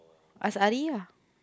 ask Ali lah